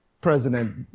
president